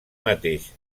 mateix